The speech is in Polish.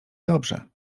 dobrze